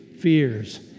fears